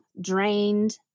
drained